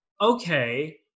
Okay